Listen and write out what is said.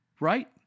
Right